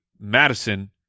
Madison